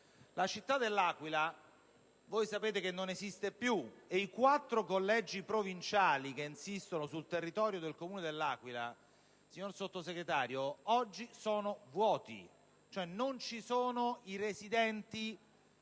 la città dell'Aquila non esiste più e i quattro collegi provinciali che insistono sul territorio del Comune dell'Aquila, signor Sottosegretario, oggi sono vuoti, cioè non vi sono più i residenti